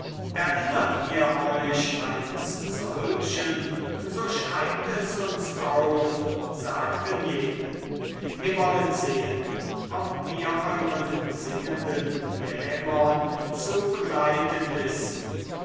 erinnert ihr euch eines solchen so schreibt es uns auf sagten jene wir wollen sehen ob wir euren singenden dämon zu begleiten wissen